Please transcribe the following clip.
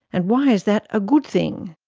and why is that a good thing?